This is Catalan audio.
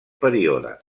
període